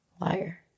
liar